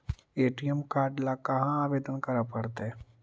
ATM card ल कहा आवेदन करे पड़तै?